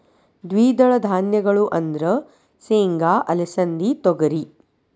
ದ್ವಿದಳ ಧಾನ್ಯಗಳು ಅಂದ್ರ ಸೇಂಗಾ, ಅಲಸಿಂದಿ, ತೊಗರಿ